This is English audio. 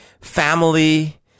family